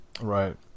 right